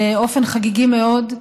באופן חגיגי מאוד,